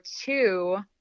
two